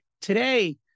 today